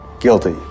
guilty